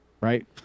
right